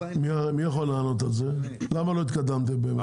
למה לא התקדמתם?